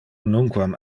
nunquam